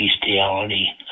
bestiality